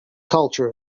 culture